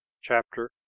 Chapter